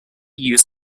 used